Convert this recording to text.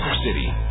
City